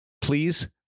please